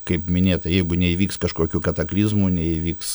kaip minėta jeigu neįvyks kažkokių kataklizmų neįvyks